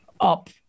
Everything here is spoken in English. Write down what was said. up